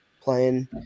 playing